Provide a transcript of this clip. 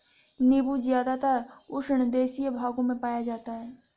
नीबू ज़्यादातर उष्णदेशीय भागों में पाया जाता है